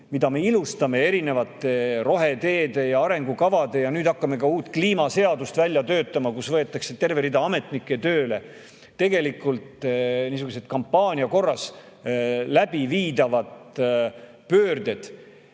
Me ilustame seda erinevate roheteede ja arengukavadega ja nüüd hakkame uut kliimaseadust välja töötama, milleks võetakse terve rida ametnikke tööle. Tegelikult niisugused kampaania korras läbiviidavad pöörded